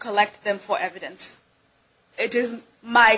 collect them for evidence it isn't my